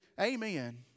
Amen